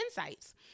insights